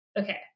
Okay